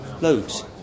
Loads